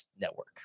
Network